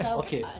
okay